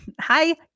Hi